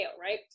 right